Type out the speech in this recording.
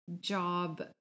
job